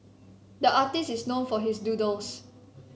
the artist is known for his doodles